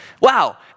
Wow